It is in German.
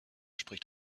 spricht